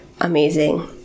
amazing